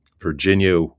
Virginia